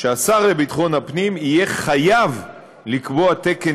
שהשר לביטחון הפנים יהיה חייב לקבוע תקן